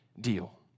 deal